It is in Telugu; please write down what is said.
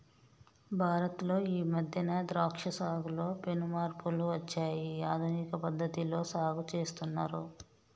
భారత్ లో ఈ మధ్యన ద్రాక్ష సాగులో పెను మార్పులు వచ్చాయి ఆధునిక పద్ధతిలో సాగు చేస్తున్నారు